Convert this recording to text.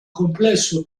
complesso